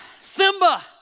Simba